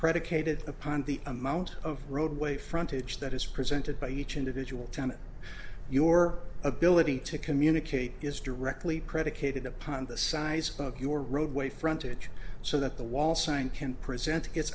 predicated upon the amount of roadway frontage that is presented by each individual town your ability to communicate is directly predicated upon the size of your roadway frontage so that the wall sign can present it